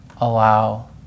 allow